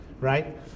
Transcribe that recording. right